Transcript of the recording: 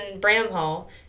Bramhall